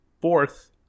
fourth